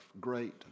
great